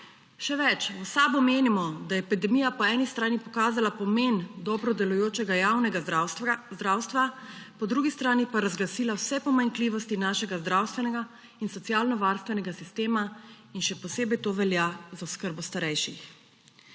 Še več, v SAB menimo, da je epidemija po eni strani pokazala pomen dobro delujočega javnega zdravstva, po drugi strani pa razglasila vse pomanjkljivosti našega zdravstvenega in socialnovarstvenega sistema in še posebej to velja za oskrbo starejših.